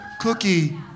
cookie